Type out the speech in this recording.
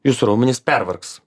jūsų raumenys pervargs